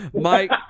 Mike